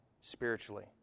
spiritually